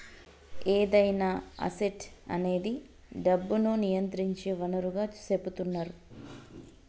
ఏదైనా అసెట్ అనేది డబ్బును నియంత్రించే వనరుగా సెపుతున్నరు